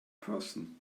person